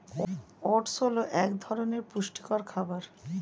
oats হল এক ধরনের পুষ্টিকর খাবার